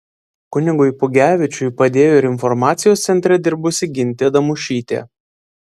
kunigui pugevičiui padėjo ir informacijos centre dirbusi gintė damušytė